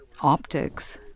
optics